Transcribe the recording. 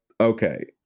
Okay